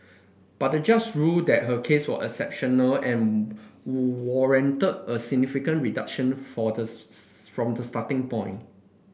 but the judge ruled that her case was exceptional and warranted a significant reduction from the starting point